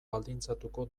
baldintzatuko